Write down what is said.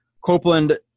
Copeland